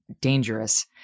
dangerous